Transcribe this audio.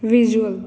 visual